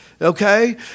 Okay